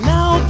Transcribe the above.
Now